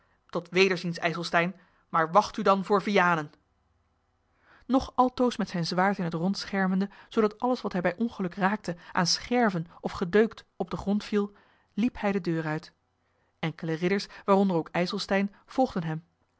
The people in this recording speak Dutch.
tot wederziens ijselstein maar wacht u dan voor vianen nog altoos met zijn zwaard in het rond schermende zoodat alles wat hij bij ongeluk raakte aan scherven of gedeukt op den grond viel liep hij de deur uit enkele ridders waaronder ook ijselstein volgden hem